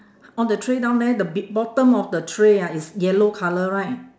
on the tray down there the be~ bottom of the tray ah is yellow colour right